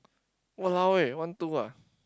!walao eh! one two ah